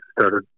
started